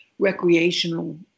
recreational